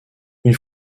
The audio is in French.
une